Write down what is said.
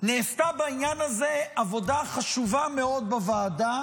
נעשתה בעניין הזה עבודה חשובה מאוד בוועדה.